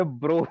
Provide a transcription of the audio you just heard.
bro